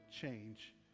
change